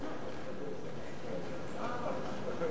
אנחנו מתקרבים